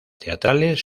teatrales